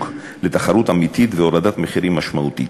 לתחרות אמיתית ולהורדת מחירים משמעותית.